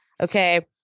Okay